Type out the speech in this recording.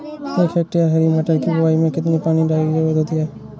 एक हेक्टेयर हरी मटर की बुवाई में कितनी पानी की ज़रुरत होती है?